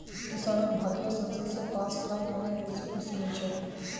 किसानक भारतीय संसद स पास कराल नाया बिल से खुशी नी छे